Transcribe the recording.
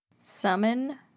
Summon